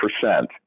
percent